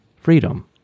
freedom